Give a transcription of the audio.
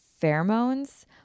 pheromones